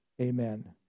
Amen